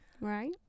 right